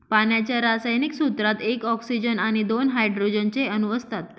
पाण्याच्या रासायनिक सूत्रात एक ऑक्सीजन आणि दोन हायड्रोजन चे अणु असतात